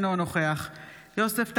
אינו נוכח יוסף טייב,